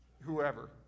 whoever